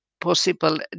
possible